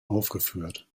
aufgeführt